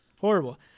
Horrible